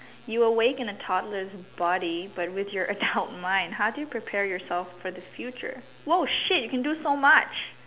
you awake in a toddler's body but with your adult mind how do you prepare yourself for the future !whoa! shit you can do so much